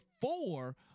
four